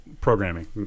programming